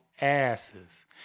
asses